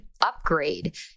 upgrade